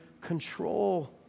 control